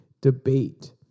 debate